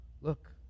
Look